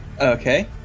Okay